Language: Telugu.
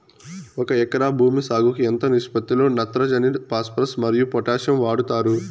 ఒక ఎకరా భూమి సాగుకు ఎంత నిష్పత్తి లో నత్రజని ఫాస్పరస్ మరియు పొటాషియం వాడుతారు